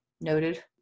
noted